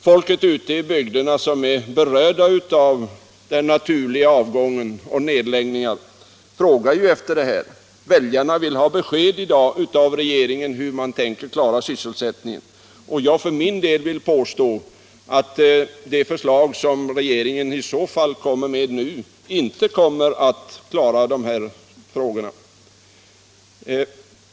Folket ute i bygderna som berörs av den naturliga avgången och av nedläggningar frågar om sådant. Väljarna vill ha besked av regeringen om hur den tänker klara sina vallöften. Jag för min del vill påstå att de förslag som regeringen nu framlagt inte kommer att lösa de här problemen.